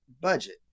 budget